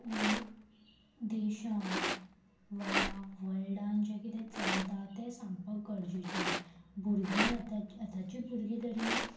देशांत वा वर्ल्डान जें किदें चलता तें सांगपाक गरजेचें भुरगीं आतां आतांची भुरगीं तरी